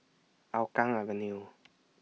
Hougang Avenue